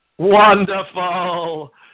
Wonderful